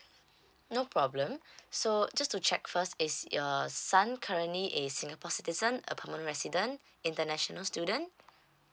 no problem so just to check first is uh son currently is singapore citizen a permanent resident international student